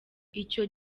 icyo